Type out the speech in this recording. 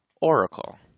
Oracle